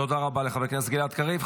תודה רבה לחבר הכנסת גלעד קריב.